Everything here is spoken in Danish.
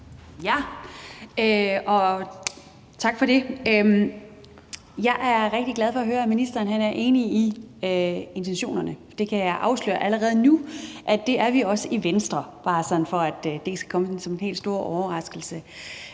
(V): Tak for det. Jeg er rigtig glad for at høre, at ministeren er enig i intentionerne. Det kan jeg afsløre allerede nu at vi også er i Venstre, bare sådan for at det ikke skal komme som den helt store overraskelse.